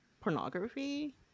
pornography